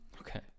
Okay